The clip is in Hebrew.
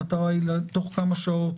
המטרה היא תוך כמה שעות